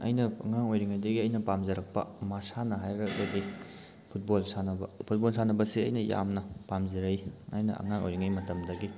ꯑꯩꯅ ꯑꯉꯥꯡ ꯑꯣꯏꯔꯤꯉꯩꯗꯒꯤ ꯑꯩꯅ ꯄꯥꯝꯖꯔꯛꯄ ꯃꯁꯥꯟꯅ ꯍꯥꯏꯔꯒꯗꯤ ꯐꯨꯠꯕꯣꯜ ꯁꯥꯟꯅꯕ ꯐꯨꯠꯕꯣꯜ ꯁꯥꯟꯅꯕ ꯑꯁꯤ ꯑꯩꯅ ꯌꯥꯝꯅ ꯄꯥꯝꯖꯔꯛꯏ ꯑꯩꯅ ꯑꯉꯥꯡ ꯑꯣꯏꯔꯤꯉꯩ ꯃꯇꯝꯗꯒꯤ